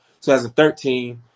2013